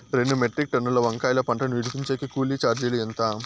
రెండు మెట్రిక్ టన్నుల వంకాయల పంట ను విడిపించేకి కూలీ చార్జీలు ఎంత?